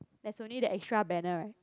there is only the extra banner right